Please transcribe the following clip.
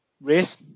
race